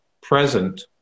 present